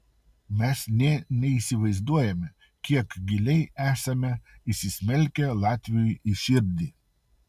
mes nė neįsivaizduojame kiek giliai esame įsismelkę latviui į širdį